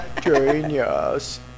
Genius